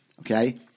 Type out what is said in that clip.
Okay